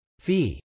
fee